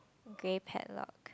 grey padlock